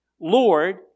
Lord